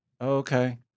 Okay